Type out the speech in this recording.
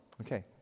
Okay